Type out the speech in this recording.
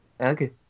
Okay